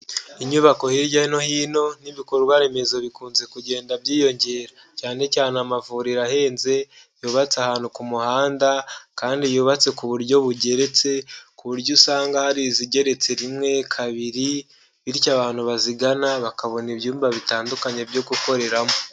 Inyubako hirya no hino n'ibikorwa remezo bikunze kugenda byiyongera cyane cyane amavuriro ahenze yubatse ahantu ku muhanda kandi yubatse ku buryo bugeretse ku buryo usanga hari izigeretse rimwe, kabiri, bityo abantu bazigana bakabona ibyumba bitandukanye byo gukoreramo.